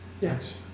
Yes